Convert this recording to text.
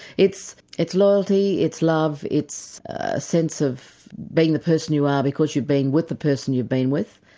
it's it's loyalty, it's love, it's a sense of being the person you are because you've been with the person you've been with.